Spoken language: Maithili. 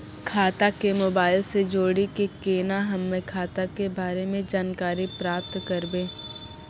खाता के मोबाइल से जोड़ी के केना हम्मय खाता के बारे मे जानकारी प्राप्त करबे?